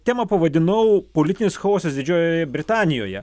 temą pavadinau politinis chaosas didžiojoje britanijoje